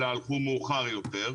אלא הלכו מאוחר יותר.